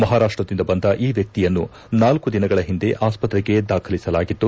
ಮಹರಾಷ್ಟ್ದಿಂದ ಬಂದ ಈ ವ್ಯಕ್ತಿಯನ್ನು ಳ ದಿನಗಳ ಹಿಂದೆ ಆಸ್ದತ್ರೆಗೆ ದಾಖಲಿಸಲಾಗಿತ್ತು